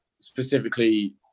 specifically